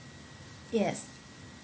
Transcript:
yes